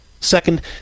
second